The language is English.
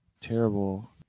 terrible